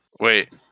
Wait